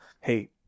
hey